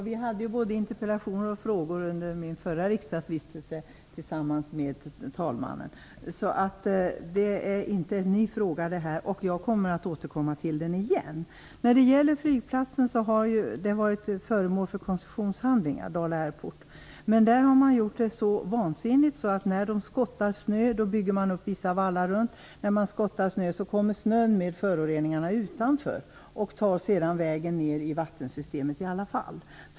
Fru talman! Jag hade ju interpellationer och frågor tillsammans med talmannen under min förra riksdagsvistelse. Detta är ingen ny fråga. Jag kommer att återkomma till den igen. Flygplatsen Dala Airport har ju varit föremål för koncessionshandlingar. Där har man byggt upp vallar runt om, men det är så vansinnigt gjort att när man skottar snö kommer snön med föroreningar utanför. Sedan tar de vägen ner i vattensystemet i alla fall.